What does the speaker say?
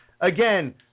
Again